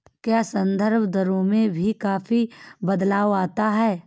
क्या संदर्भ दरों में भी काफी बदलाव आता है?